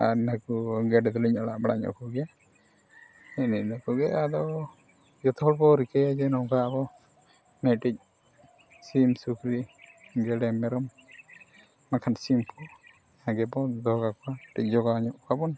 ᱟᱨ ᱱᱟᱹᱠᱚ ᱜᱮᱰᱮᱸ ᱫᱚᱞᱤᱧ ᱟᱲᱟᱜ ᱵᱟᱲᱟ ᱧᱚᱜ ᱠᱚᱜᱮᱭᱟ ᱮᱱᱮ ᱤᱱᱟᱹ ᱠᱚᱜᱮ ᱟᱫᱚ ᱡᱚᱛᱚ ᱦᱚᱲ ᱠᱚ ᱨᱤᱠᱟᱹᱭᱟ ᱡᱮ ᱱᱚᱝᱠᱟ ᱠᱚ ᱢᱤᱫᱴᱤᱡ ᱥᱤᱢ ᱥᱩᱠᱨᱤ ᱜᱮᱰᱮ ᱢᱮᱨᱚᱢ ᱵᱟᱠᱷᱟᱱ ᱥᱤᱢ ᱠᱚ ᱥᱟᱸᱜᱮ ᱵᱚᱱ ᱫᱚᱦᱚ ᱠᱟᱠᱚᱣᱟ ᱠᱟᱹᱡ ᱡᱚᱜᱟᱣ ᱧᱚᱜ ᱠᱚᱣᱟ ᱵᱚᱱ